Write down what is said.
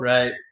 Right